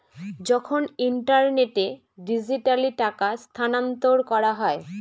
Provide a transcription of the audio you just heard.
যখন ইন্টারনেটে ডিজিটালি টাকা স্থানান্তর করা হয়